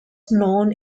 known